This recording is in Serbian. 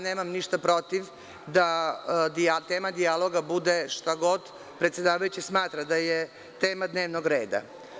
Nemam ništa protiv da tema dijaloga bude šta god predsedavajući smatra da je tema dnevnog reda.